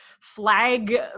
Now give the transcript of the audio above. flag